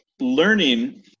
learning